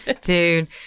Dude